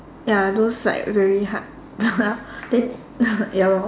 ya those like very hard then ya lor